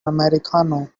americano